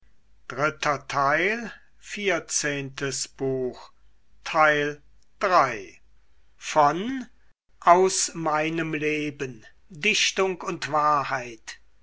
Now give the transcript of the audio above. goethe aus meinem leben dichtung und wahrheit